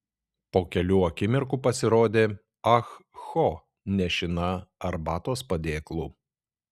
po kelių akimirkų pasirodė ah ho nešina arbatos padėklu